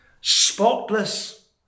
spotless